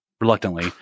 reluctantly